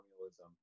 colonialism